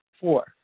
Four